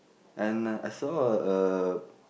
and I saw a